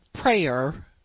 prayer